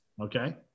Okay